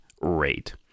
rate